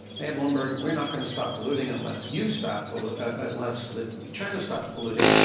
and bloomberg, we're not going to stop polluting unless you stop pollute ah less, that china stops polluting.